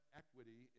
equity